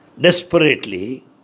desperately